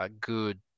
good